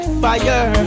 fire